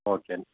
ஓகேங்க